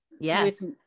Yes